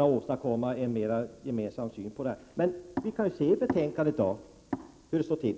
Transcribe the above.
åstadkomma större samstämmighet. Vi kan se i betänkandet hur det står till.